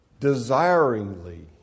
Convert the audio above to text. desiringly